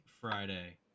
friday